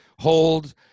Hold